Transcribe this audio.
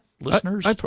listeners